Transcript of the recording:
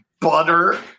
Butter